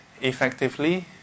effectively